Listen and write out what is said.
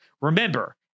Remember